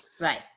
Right